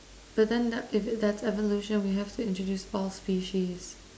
but then that if it that's evolution we have to introduce all species